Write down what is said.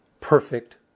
perfect